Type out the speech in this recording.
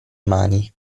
mani